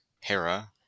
Hera